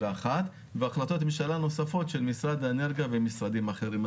והחלטות ממשלה נוספות של משרד האנרגיה ומשרדים אחרים.